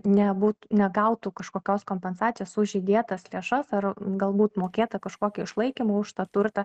nebūt negautų kažkokios kompensacijos už įdėtas lėšas ar galbūt mokėtą kažkokį išlaikymą už tą turtą